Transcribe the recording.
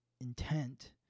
intent